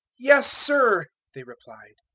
yes, sir, they replied.